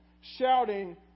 shouting